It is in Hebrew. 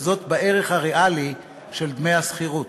וזאת בערך הריאלי של דמי השכירות.